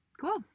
Cool